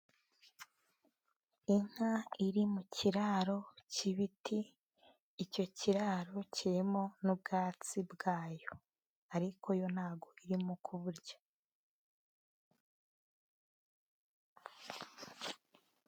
Inka iri mu kiraro cy'ibiti, icyo kiraro kirimo n'ubwatsi bwayo. Ariko yo ntabwo irimo kuburya.